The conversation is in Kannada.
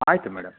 ಆಯ್ತು ಮೇಡಮ್